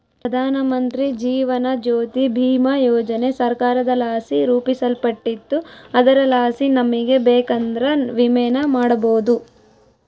ಪ್ರಧಾನಮಂತ್ರಿ ಜೀವನ ಜ್ಯೋತಿ ಭೀಮಾ ಯೋಜನೆ ಸರ್ಕಾರದಲಾಸಿ ರೂಪಿಸಲ್ಪಟ್ಟಿದ್ದು ಅದರಲಾಸಿ ನಮಿಗೆ ಬೇಕಂದ್ರ ವಿಮೆನ ಮಾಡಬೋದು